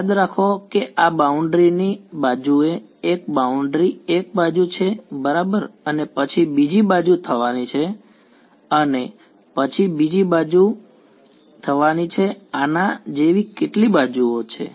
યાદ રાખો કે આ બાઉન્ડ્રી ની બાજુએ એક બાઉન્ડ્રી એક બાજુ છે બરાબર અને પછી બીજી બાજુ થવાની છે અને પછી બીજી બાજુ થવાની છે આના જેવી કેટલી બાજુ છે